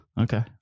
Okay